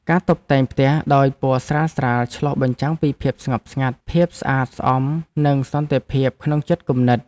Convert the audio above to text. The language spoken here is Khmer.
ការតុបតែងផ្ទះដោយពណ៌ស្រាលៗឆ្លុះបញ្ចាំងពីភាពស្ងប់ស្ងាត់ភាពស្អាតស្អំនិងសន្តិភាពក្នុងចិត្តគំនិត។